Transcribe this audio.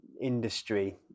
industry